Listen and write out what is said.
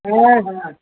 हा हा